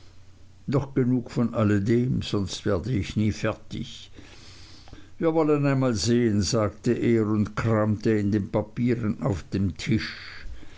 doch genug von alledem sonst werde ich nie fertig wir wollen einmal sehen sagte er und kramte in den papieren auf dem tisch